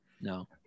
No